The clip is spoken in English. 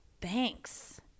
Thanks